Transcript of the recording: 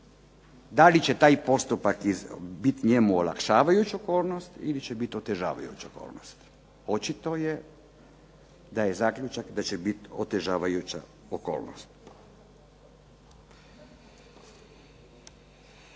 da li će taj postupak bit njemu olakšavajuća okolnost ili će bit otežavajuća okolnost. Očito je da je zaključak da će bit otežavajuća okolnost.